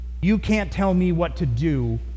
you-can't-tell-me-what-to-do